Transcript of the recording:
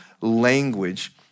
language